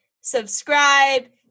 subscribe